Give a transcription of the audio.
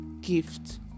gift